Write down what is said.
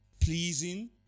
pleasing